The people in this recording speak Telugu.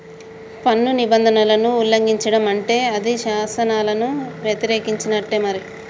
పన్ను నిబంధనలను ఉల్లంఘిచడం అంటే అది శాసనాలను యతిరేకించినట్టే మరి